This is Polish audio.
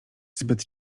zbyt